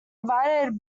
invited